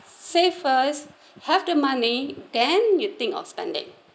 save first have the money then you think of spending